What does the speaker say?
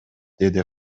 деди